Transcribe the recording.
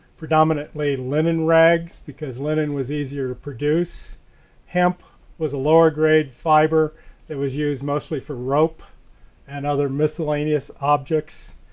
predominately linen rags, because linen was easier to produce hemp was a lower grade fiber that was used mostly for rope and other miscellaneous objects.